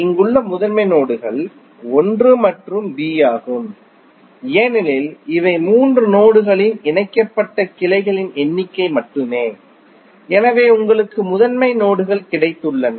இங்குள்ள முதன்மை நோடுகள் 1 மற்றும் B ஆகும் ஏனெனில் இவை மூன்று நோடுகளில் இணைக்கப்பட்ட கிளைகளின் எண்ணிக்கை மட்டுமே எனவே உங்களுக்கு முதன்மை நோடுகள் கிடைத்துள்ளன